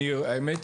האמת,